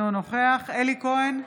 אינו נוכח אלי כהן,